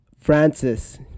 Francis